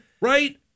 Right